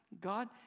God